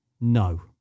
No